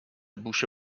bouche